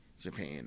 Japan